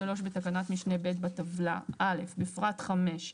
(3) בתקנת משנה (ב) בטבלה - (א) בפרט (5),